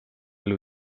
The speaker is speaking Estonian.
elu